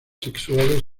sexuales